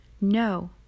No